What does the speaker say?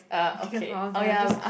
I just